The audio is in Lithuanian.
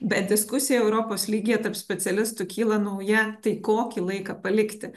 bet diskusija europos lygyje tarp specialistų kyla nauja tai kokį laiką palikti